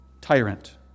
tyrant